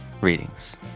Readings